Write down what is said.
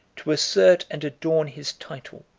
to assert and adorn his title,